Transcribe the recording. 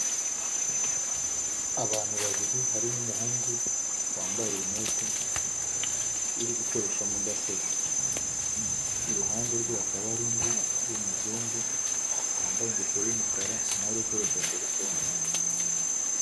Abantu babiri harimo umuhungu wambaye linete uri gukoresha mudasobwa, iruhande rwe hakaba ari undi w'umuzungu wambaye ingofero y'umukara nawe urigukoresha terefone.